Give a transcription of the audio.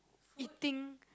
eating